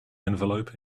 envelope